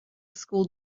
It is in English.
school